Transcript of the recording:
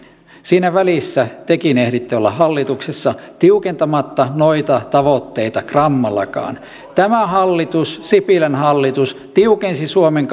siinä välissä tekin ehditte olla hallituksessa tiukentamatta noita tavoitteita grammallakaan tämä hallitus sipilän hallitus tiukensi suomen